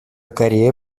корея